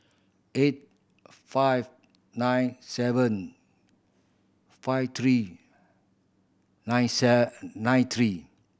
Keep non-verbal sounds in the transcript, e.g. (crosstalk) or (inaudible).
eight five nine seven five three nine (unintelligible) nine three